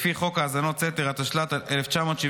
לפי חוק האזנות סתר, התשל"ט 1979,